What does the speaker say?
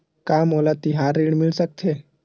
का मोला तिहार ऋण मिल सकथे?